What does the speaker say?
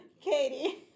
Katie